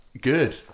Good